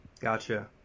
Gotcha